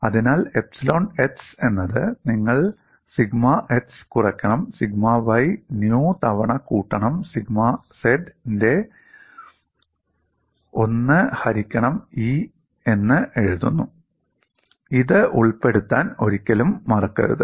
അതിനാൽ epsilon x എന്നത് നിങ്ങൾ സിഗ്മ x കുറക്കണം 'സിഗ്മ y' ന്യൂ തവണ കൂട്ടണം സിഗ്മ z ന്റെ 1 ഹരിക്കണം 'E' എന്ന് എഴുതുന്നു ഇത് ഉൾപ്പെടുത്താൻ ഒരിക്കലും മറക്കരുത്